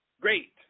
great